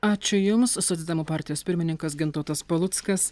ačiū jums socdemų partijos pirmininkas gintautas paluckas